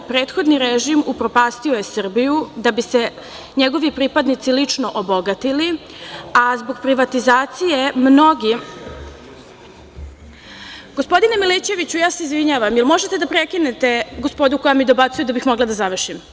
Prethodni režim upropastio je Srbiju, da bi se njegovi pripadnici lično obogatili, a zbog privatizacije mnogi… (Aleksandar Marković: Teške reči!) Gospodine Milićeviću, ja se izvinjavam, da li možete da prekinete gospodu koja mi dobacaju, da bih mogla da završim.